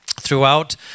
throughout